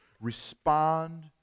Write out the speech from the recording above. Respond